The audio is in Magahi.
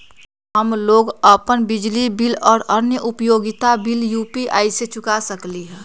हम लोग अपन बिजली बिल और अन्य उपयोगिता बिल यू.पी.आई से चुका सकिली ह